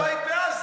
וגם את הבית בעזה.